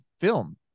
film